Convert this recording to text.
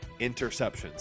interceptions